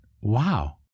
wow